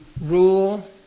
rule